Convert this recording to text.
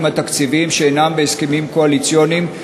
התקציביים שאינם בהסכמים קואליציוניים,